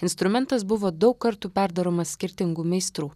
instrumentas buvo daug kartų perdaromas skirtingų meistrų